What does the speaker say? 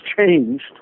changed